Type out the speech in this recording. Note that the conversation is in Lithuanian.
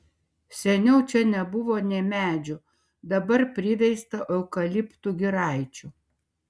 seniau čia nebuvo nė medžių dabar priveista eukaliptų giraičių